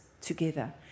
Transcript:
together